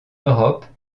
europe